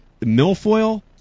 milfoil